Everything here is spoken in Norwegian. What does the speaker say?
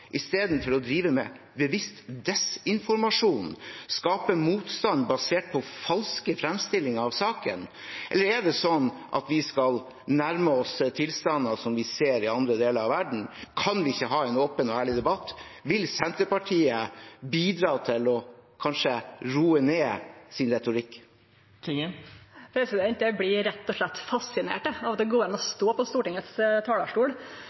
å drive med bevisst desinformasjon og skape motstand basert på falske framstillinger av saken? Eller er det sånn at vi skal nærme oss tilstander som vi ser i andre deler av verden? Kan vi ikke ha en åpen og ærlig debatt? Vil Senterpartiet bidra til å roe ned sin retorikk? Eg blir rett og slett fascinert av at det går an å